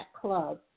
club